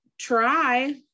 try